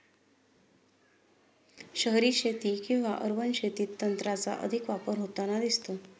शहरी शेती किंवा अर्बन शेतीत तंत्राचा अधिक वापर होताना दिसतो